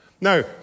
Now